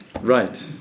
Right